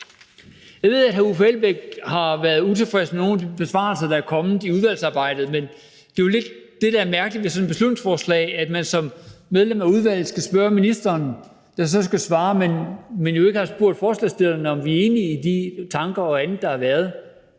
Jeg ved, at hr. Uffe Elbæk har været utilfreds med nogle af de besvarelser, der er kommet i udvalgsarbejdet, men det, der jo er lidt mærkeligt ved sådan et beslutningsforslag, er, at man som medlem af udvalget skal spørge ministeren, der så skal svare, men at man jo ikke spørger forslagstillerne, om vi er enige i de tanker og andet, der har været.